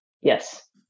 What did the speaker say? Yes